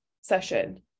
session